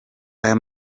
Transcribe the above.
aya